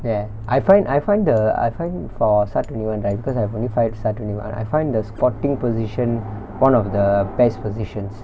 ya I find I find the I find for S_A_R twenty one right because I've only fired S_A_R twenty one I find the squating position one of the best positions